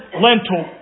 lentil